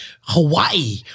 Hawaii